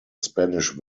spanish